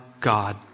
God